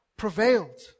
Prevailed